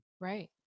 right